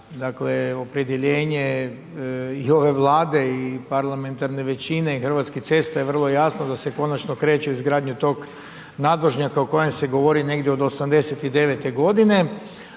dakle opredjeljenje i ove Vlade i parlamentarne većine i HC-a je vrlo jasno da se konačno kreće u izgradnju tog nadvožnjaka o kojem se govori negdje od 89-te godine,